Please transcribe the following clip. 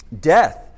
Death